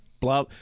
blah